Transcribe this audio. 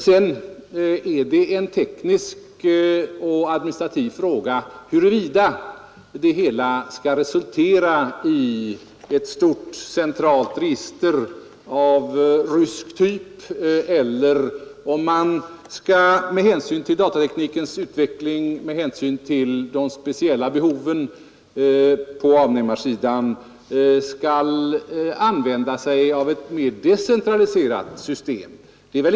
Sedan är det en teknisk och administrativ fråga huruvida insatserna skall resultera i att ett stort centralt register upprättas eller om man med hänsyn till datateknikens utveckling och de speciella behoven på avnämarsidan skall använda sig av ett mer decentraliserat system.